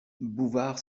bouvard